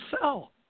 sell